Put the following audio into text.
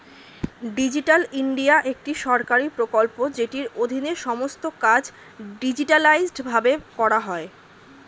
digital India একটি সরকারি প্রকল্প যেটির অধীনে সমস্ত কাজ ডিজিটালাইসড ভাবে করা হয়